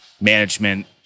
management